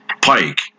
Pike